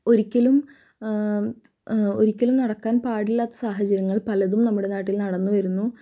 ഒരിക്കലും ഒരിക്കലും നടക്കാൻ പാടില്ലാത്ത സാഹചര്യങ്ങൾ പലതും നമ്മുടെ നാട്ടിൽ നടന്നു വരുന്നു